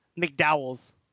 McDowell's